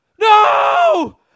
no